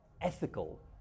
ethical